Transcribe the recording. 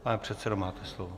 Pane předsedo, máte slovo.